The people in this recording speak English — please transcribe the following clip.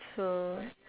so